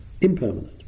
impermanent